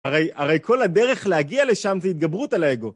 הרי כל הדרך להגיע לשם זה התגברות על האגו.